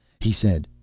he said,